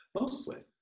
Mostly